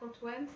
twins